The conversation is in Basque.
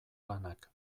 lanak